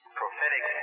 prophetic